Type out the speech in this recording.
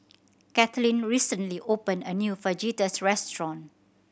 Kaitlin recently opened a new Fajitas restaurant